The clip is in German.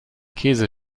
käse